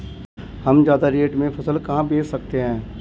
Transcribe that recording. हम ज्यादा रेट में फसल कहाँ बेच सकते हैं?